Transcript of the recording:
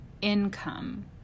income